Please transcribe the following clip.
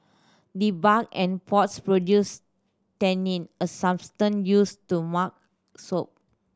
the bark and pods produce tannin a substance used to mark soap